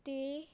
ਅਤੇ